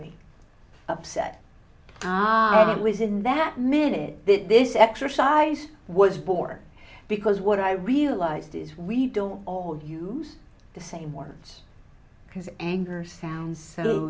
me upset was in that minute this exercise was born because what i realized is we don't all use the same words because anger sounds so